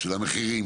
של המחירים,